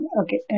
okay